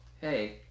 hey